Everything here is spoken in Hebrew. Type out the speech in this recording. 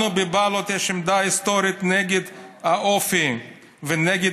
לנו בבל"ד יש עמדה היסטורית נגד האופי ונגד